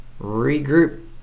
regroup